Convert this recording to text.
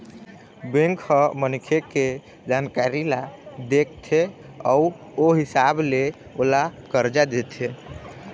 bank ह मनखे के जानकारी ल देखथे अउ ओ हिसाब ले ओला करजा देथे